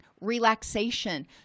relaxation